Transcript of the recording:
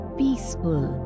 peaceful